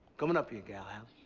come on up here, gal,